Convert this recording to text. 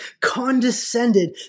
condescended